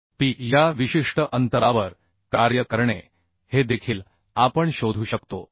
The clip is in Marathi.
P या विशिष्ट अंतरावर कार्य करणे हे देखील आपण शोधू शकतो